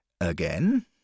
Again